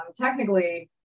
technically